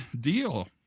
deal